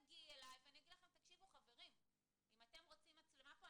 את תגיעי אלי ואני אגיד אם אתם רוצים פה מצלמה,